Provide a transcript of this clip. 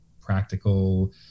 practical